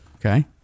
Okay